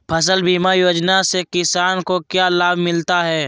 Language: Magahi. फसल बीमा योजना से किसान को क्या लाभ मिलता है?